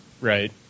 Right